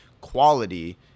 Quality